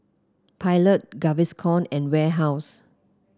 Pilot Gaviscon and Warehouse